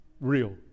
real